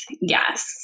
Yes